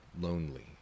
lonely